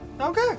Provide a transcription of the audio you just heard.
Okay